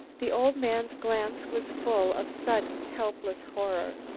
the old man's glance was full of sudden helpless horror,